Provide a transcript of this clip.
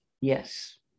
yes